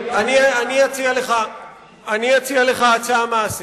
אני אציע לך הצעה מעשית,